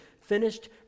finished